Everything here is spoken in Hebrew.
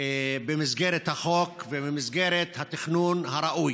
במסגרת החוק ובמסגרת התכנון הראוי.